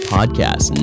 Podcast